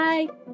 Bye